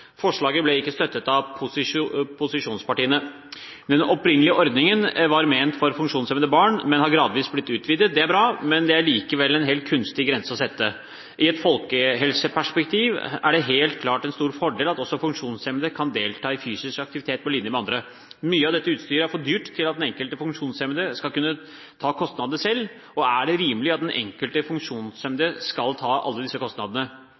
Forslaget ble ikke støttet av posisjonspartiene. Den opprinnelige ordningen var ment for funksjonshemmede barn, men har gradvis blitt utvidet. Det er bra, men det er likevel en helt kunstig grense å sette. I et folkehelseperspektiv er det helt klart en stor fordel at også funksjonshemmede kan delta i fysisk aktivitet på linje med andre. Mye av dette utstyret er for dyrt til at den enkelte funksjonshemmede skal kunne ta kostnadene selv. Er det rimelig at den enkelte funksjonshemmede skal ta alle disse kostnadene?